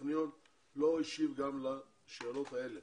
הטכניון לא השיב גם לשאלות האלה.